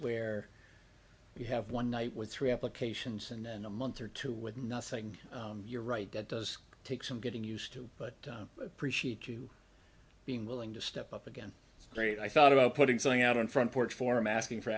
where you have one night with three applications and then a month or two with nothing you're right that does take some getting used to but appreciate you being willing to step up again great i thought about putting something out in front porch forum asking for